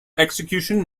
execution